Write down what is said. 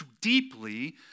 deeply